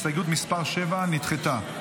הסתייגות מס' 7 נדחתה.